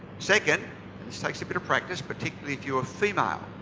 second this takes a bit of practice, particularly if you're female.